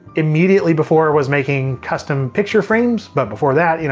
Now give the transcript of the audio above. immediately before, it was making custom picture frames. but before that, you know